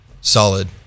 Solid